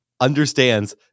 understands